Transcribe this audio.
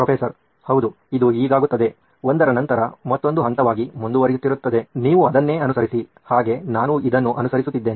professor ಹೌದು ಇದು ಹೀಗಾಗುತ್ತದೆ ಒಂದರ ನಂತರ ಮತ್ತೊಂದು ಹಂತವಾಗಿ ಮುದುವರಿಯುತ್ತಿರುತ್ತದೆ ನೀವು ಅದನ್ನೇ ಅನುಸರಿಸಿ ಹಾಗೇ ನಾನು ಇದನ್ನು ಅನುಸರಿಸುತ್ತಿದ್ದೇನೆ